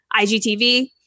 IGTV